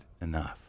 enough